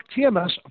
TMS